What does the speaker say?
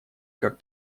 как